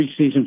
preseason